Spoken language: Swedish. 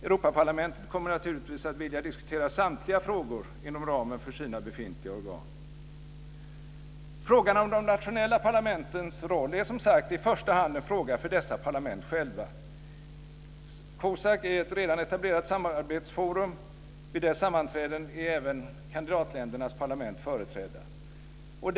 Europaparlamentet kommer naturligtvis att vilja diskutera samtliga frågor inom ramen för sina befintliga organ. Frågan om de nationella parlamentens roll är som sagt i första hand en fråga för dessa parlament själva. COSAC är ett redan etablerat samarbetsforum. Vid dess sammanträden är även kandidatländernas parlament företrädda.